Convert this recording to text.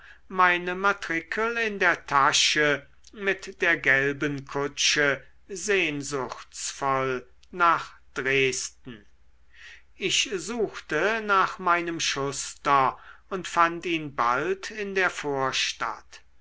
meine matrikel in der tasche mit der gelben kutsche sehnsuchtsvoll nach dresden ich suchte nach meinem schuster und fand ihn bald in der vorstadt